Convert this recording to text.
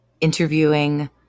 interviewing